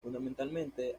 fundamentalmente